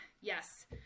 yes